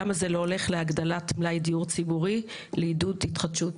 למה זה לא הולך להגדלת מלאי דיור ציבורי לעידוד התחדשות?